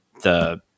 the-